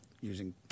using